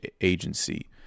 agency